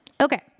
Okay